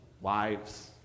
wives